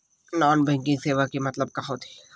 Non banking सेवा के मतलब का होथे?